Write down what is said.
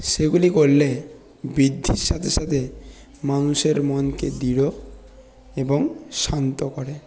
সেগুলি করলে বৃদ্ধির সাথে সাথে মানুষের মনকে দৃঢ় এবং শান্ত করে